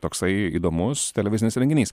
toksai įdomus televizinis renginys